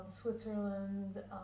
Switzerland